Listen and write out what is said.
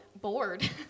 Bored